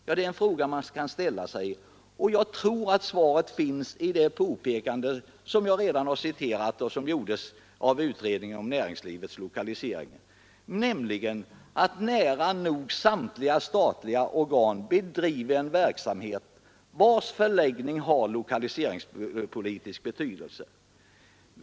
Ja, det är en fråga man kan ställa sig, och jag tror att svaret finns i det påpekande jag redan citerat och som gjordes av utredningen om näringslivets lokalisering, nämligen att nära nog samtliga statliga organ bedriver en verksamhet vars förläggning har lokaliseringspolitisk betydelse.